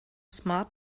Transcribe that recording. smart